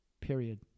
period